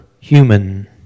human